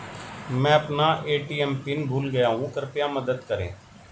मैं अपना ATM pin भूल गया हूँ कृपया मदद करें